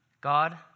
God